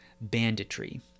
banditry